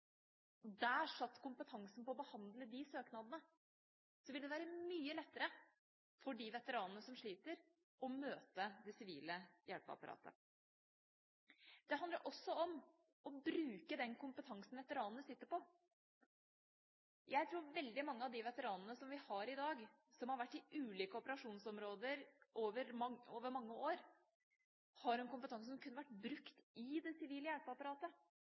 der satt kompetansen på å behandle de søknadene – ville det være mye lettere for de veteranene som sliter, å møte det sivile hjelpeapparatet. Det handler også om å bruke den kompetansen veteranene sitter på. Jeg tror veldig mange av de veteranene vi har i dag, som har vært i ulike operasjonsområder over mange år, har en kompetanse som kunne vært brukt i det sivile hjelpeapparatet